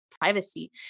privacy